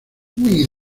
muy